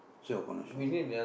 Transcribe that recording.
so open a shop